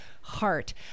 heart